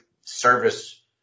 service